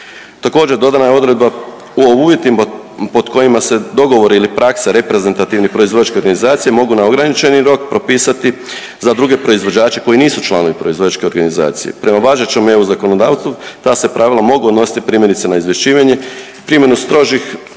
Također dodana je odredba o uvjetima pod kojima se dogovor ili praksa reprezentativnih proizvođačkih organizacija mogu na ograničeni rok propisati za druge proizvođače koji nisu članovi proizvođačke organizacije. Prema važećem EU zakonodavstvu ta se pravila mogu odnositi primjerice na izvješćivanje, primjenu strožih pravila